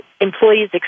employees